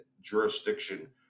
jurisdiction